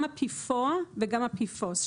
גם ה-PFOA וגם ה-PFOS.